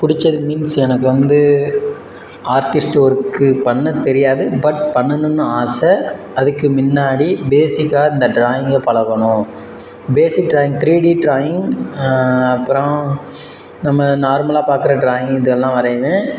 பிடிச்சது மீன்ஸ் எனக்கு வந்து ஆர்டிஸ்ட்டு ஒர்க்கு பண்ண தெரியாது பட் பண்ணணுன்னு ஆசை அதுக்கு முன்னாடி பேஸிக்காக இந்த ட்ராயிங்கை பழகணும் basic drawing three D drawing அப்புறம் நம்ம நார்மலாக பார்க்குற ட்ராயிங்கு இது எல்லாம் வரைவேன்